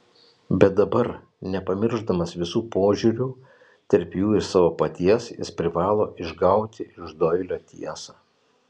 bet dabar nepamiršdamas visų požiūrių tarp jų ir savo paties jis privalo išgauti iš doilio tiesą